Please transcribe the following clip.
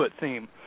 theme